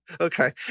Okay